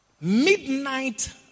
Midnight